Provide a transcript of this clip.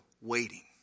waiting